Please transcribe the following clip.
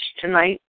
tonight